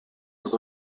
was